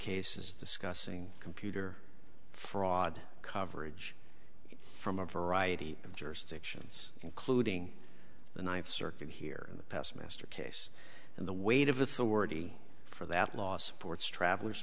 cases the scuffing computer fraud coverage from a variety of jurisdictions including the ninth circuit here in the past master case and the weight of authority for that last ports travelers